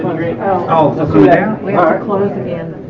ah yeah we are closed again